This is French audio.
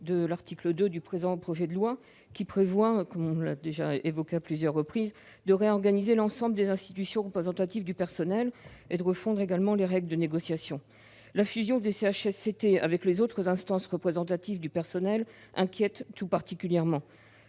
de l'article 2 du présent projet de loi, qui prévoit de réorganiser l'ensemble des institutions représentatives du personnel et de refondre également les règles de négociation. La fusion des CHSCT avec les autres instances représentatives du personnel inquiète tout particulièrement.